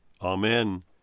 Amen